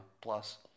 plus